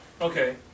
Okay